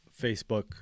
Facebook